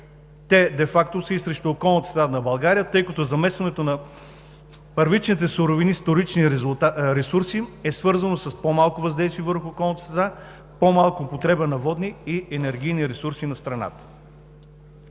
Те де факто са и срещу околната среда на България, тъй като заместването на първичните суровини с вторични ресурси е свързано с по-малко въздействие върху околната среда, по-малко употреба на водни и енергийни ресурси на страната.